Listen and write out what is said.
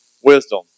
wisdom